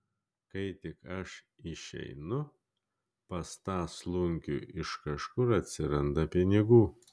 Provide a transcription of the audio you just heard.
kai tik aš išeinu pas tą slunkių iš kažkur atsiranda pinigų